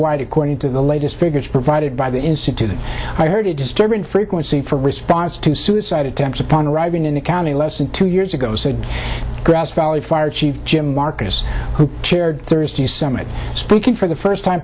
wide according to the latest figures provided by the institute i heard a disturbing frequency for response to suicide attempts upon arriving in the county less than two years ago said grass valley fire chief jim marcus who chaired thursday's summit speaking for the first time